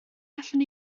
allwn